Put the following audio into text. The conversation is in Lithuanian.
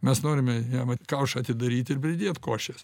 mes norime jam vat kaušą atidaryt ir pridėt košes